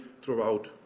throughout